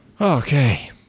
Okay